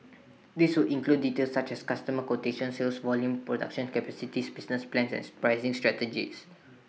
this would include details such as customer quotations sales volumes production capacities business plans and pricing strategies